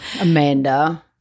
Amanda